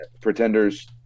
pretenders